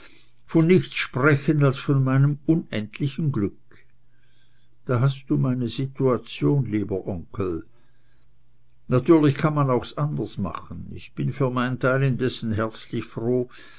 von nichts sprechend als von meinem unendlichen glück da hast du meine situation lieber onkel natürlich kann man's auch anders machen ich bin für mein teil indessen herzlich froh